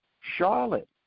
Charlotte